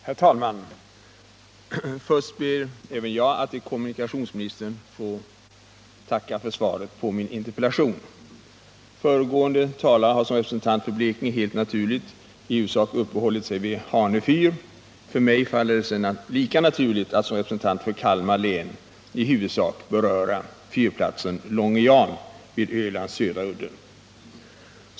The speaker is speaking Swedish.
Herr talman! Först ber även jag att till kommunikationsministern få framföra ett tack för svaret. Föregående talare har som representant för Blekinge helt naturligt i huvudsak uppehållit sig vid frågan om Hanö fyr. För mig faller det sig lika naturligt att som representant för Kalmar län i huvudsak beröra fyrplatsen Långe Jan vid Ölands södra udde.